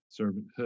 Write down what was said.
servanthood